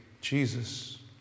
Jesus